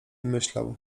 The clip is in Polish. myślał